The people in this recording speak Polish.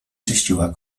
czyściła